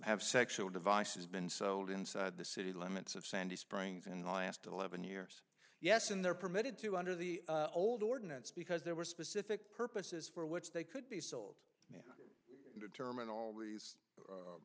have sexual devices been sold inside the city limits of sandy springs in the last eleven years yes and they're permitted to under the old ordinance because there were specific purposes for which they could be sold and determine